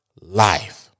life